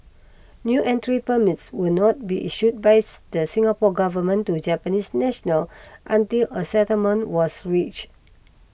new entry permits would not be issued bys the Singapore Government to Japanese national until a settlement was reach